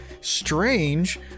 strange